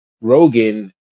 Rogan